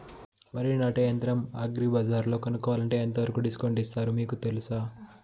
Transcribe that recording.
వరి నాటే యంత్రం అగ్రి బజార్లో కొనుక్కోవాలంటే ఎంతవరకు డిస్కౌంట్ ఇస్తారు మీకు తెలుసా?